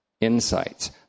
insights